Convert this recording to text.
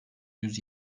yüz